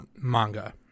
manga